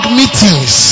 meetings